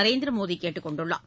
நரேந்திர மோடி கேட்டுக் கொண்டுள்ளார்